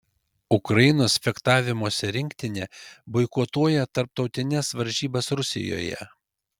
ukrainos fechtavimosi rinktinė boikotuoja tarptautines varžybas rusijoje